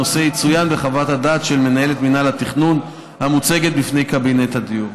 הנושא יצוין בחוות הדעת של מנהלת מינהל התכנון המוצגת בפני קבינט הדיור.